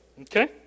Okay